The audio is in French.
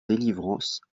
delivrance